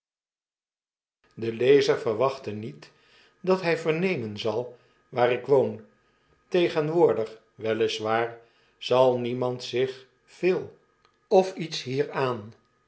de lezer verwachte met dat hy vernemen zal waar ik woon tegenwcordig wel is waar zal niemand zich veel of iets hieran